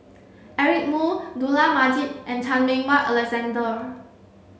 Eric Moo Dollah Majid and Chan Meng Wah Alexander